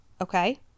okay